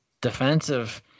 defensive